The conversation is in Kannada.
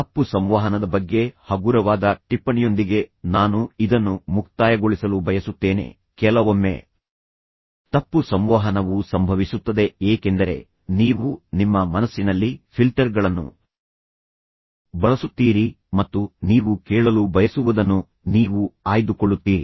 ತಪ್ಪು ಸಂವಹನದ ಬಗ್ಗೆ ಹಗುರವಾದ ಟಿಪ್ಪಣಿಯೊಂದಿಗೆ ನಾನು ಇದನ್ನು ಮುಕ್ತಾಯಗೊಳಿಸಲು ಬಯಸುತ್ತೇನೆ ಕೆಲವೊಮ್ಮೆ ತಪ್ಪು ಸಂವಹನವು ಸಂಭವಿಸುತ್ತದೆ ಏಕೆಂದರೆ ನೀವು ನಿಮ್ಮ ಮನಸ್ಸಿನಲ್ಲಿ ಫಿಲ್ಟರ್ಗಳನ್ನು ಬಳಸುತ್ತೀರಿ ಮತ್ತು ನೀವು ಕೇಳಲು ಬಯಸುವದನ್ನು ನೀವು ಆಯ್ದುಕೊಳ್ಳುತ್ತೀರಿ